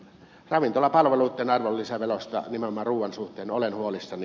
ravintolapalveluitten arvonlisäverosta nimenomaan ruuan suhteen olen huolissani